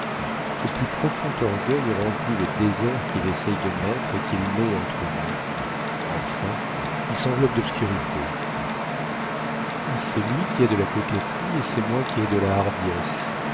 le plus profond orgueil remplit le désert qu'il essaie de mettre et qu'il met entre nous enfin il s'enveloppe d'obscurité c'est lui qui a de la coquetterie et c'est moi qui ai de la hardiesse